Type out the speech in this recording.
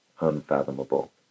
unfathomable